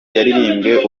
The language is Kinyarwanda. yaririmbwe